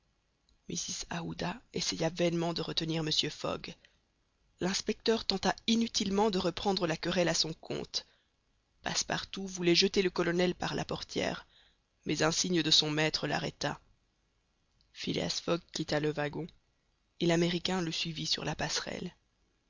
mrs aouda essaya vainement de retenir mr fogg l'inspecteur tenta inutilement de reprendre la querelle à son compte passepartout voulait jeter le colonel par la portière mais un signe de son maître l'arrêta phileas fogg quitta le wagon et l'américain le suivit sur la passerelle